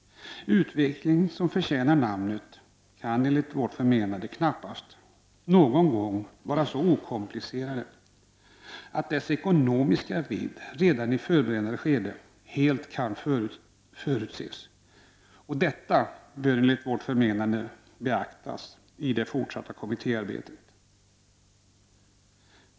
Utveckling som förtjänar namnet kan knappast någon gång vara så okomplicerad att dess ekonomiska vidd redan i förberedande skede helt kan förutses. Detta bör beaktas i det fortsatta kommittéarbetet.